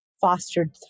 fostered